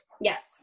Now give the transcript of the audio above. Yes